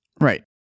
Right